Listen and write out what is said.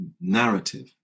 narrative